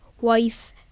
wife